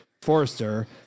Forrester